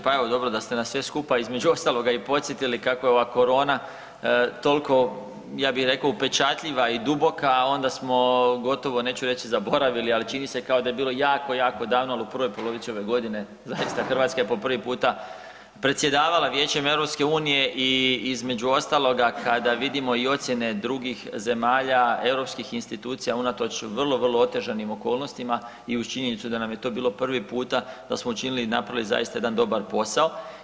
Pa evo dobro da ste nas sve skupa između ostaloga i podsjetili kako je ova korona tolko, ja bi reko upečatljiva i duboka, a onda smo gotovo, neću reći zaboravili, ali čini se kao da je bilo jako, jako davno, ali u prvoj polovici ove godine zaista Hrvatska je po prvi puta predsjedavala Vijećem EU i između ostaloga kada vidimo i ocijene drugih zemalja europskih institucija unatoč vrlo, vrlo otežanim okolnostima i uz činjenicu da nam je to bilo prvi puta da smo učinili i napravili zaista jedan dobar posao.